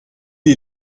est